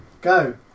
Go